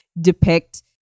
depict